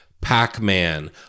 Pac-Man